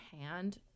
hand